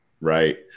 right